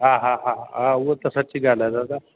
हा हा हा हा उहो त सची ॻाल्हि आहे दादा